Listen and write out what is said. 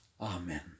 Amen